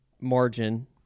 margin